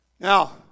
Now